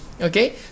okay